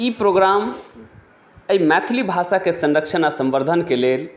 ई programme एहि मैथिली भाषाके संरक्षण आओर संवर्द्धनके लेल